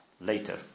later